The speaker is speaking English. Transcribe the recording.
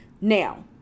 now